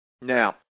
Now